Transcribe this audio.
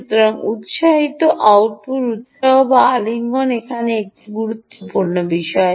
সুতরাং হয় উত্সাহ আউটপুট উত্সাহ বা আলিঙ্গন এখানে একটি গুরুত্বপূর্ণ বিষয়